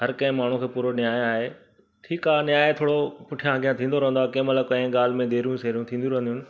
हर कंहिं माण्हूअ खे पूरो न्याउ आहे ठीकु आहे न्याउ थोरो पूठियां अॻियां थींदो रहंदो आहे कंहिं महिल कंहिं ॻाल्हि में देरूं सेरूं थींदी रहंदियूं आहिनि